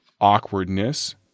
awkwardness